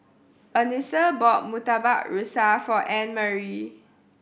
Anissa bought Murtabak Rusa for Annmarie